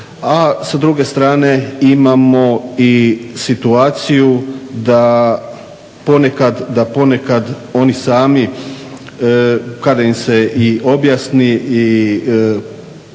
A s druge strane imamo i situaciju da ponekad, da ponekad oni sami kada im se i objasni i dade